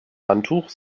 handtuch